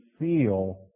feel